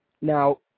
Now